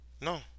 No